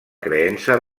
creença